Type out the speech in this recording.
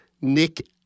Nick